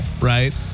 right